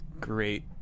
great